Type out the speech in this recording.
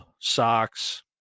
socks